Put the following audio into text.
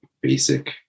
basic